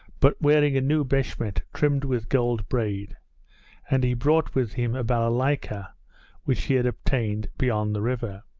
but wearing a new beshmet trimmed with gold braid and he brought with him a balalayka which he had obtained beyond the river.